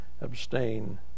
abstain